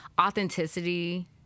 Authenticity